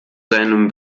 seinem